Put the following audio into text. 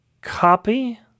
copy